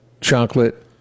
chocolate